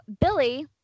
Billy